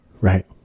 right